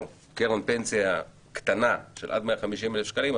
קרן פנסיה קטנה של עד 150,000 שקלים,